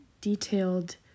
Detailed